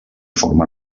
forma